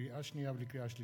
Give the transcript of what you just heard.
לקריאה שנייה וקריאה שלישית: